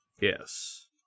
Yes